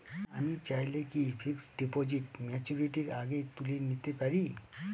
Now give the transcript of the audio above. আমি চাইলে কি ফিক্সড ডিপোজিট ম্যাচুরিটির আগেই তুলে নিতে পারি?